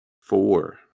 Four